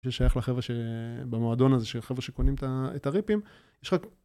מי ששייך לחברה במועדון הזה של חבר'ה שקונים את הריפים, יש לך...